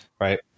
right